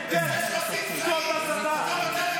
איפה ההסתה פה?